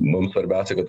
mum svarbiausia kad